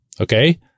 Okay